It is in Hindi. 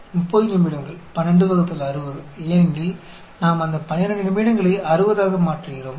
हम कहते हैं हम कहते हैं EXPONDIST 05 जो 30 मिनट है 1260 क्योंकि हम उस 12 मिनट को 60 में परिवर्तित कर रहे हैं